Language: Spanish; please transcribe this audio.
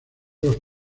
los